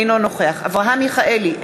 אינו נוכח אברהם מיכאלי,